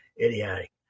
idiotic